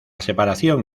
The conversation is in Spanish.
separación